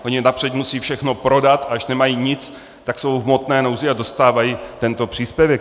Oni napřed musí všechno prodat, a až nemají nic, tak jsou v hmotné nouzi a dostávají tento příspěvek.